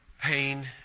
pain